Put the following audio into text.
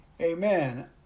Amen